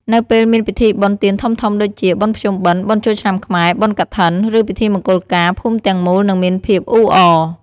នៅពេលមានពិធីបុណ្យទានធំៗដូចជា បុណ្យភ្ជុំបិណ្ឌ បុណ្យចូលឆ្នាំខ្មែរ បុណ្យកឋិន ឬពិធីមង្គលការ ភូមិទាំងមូលនឹងមានភាពអ៊ូអរ ។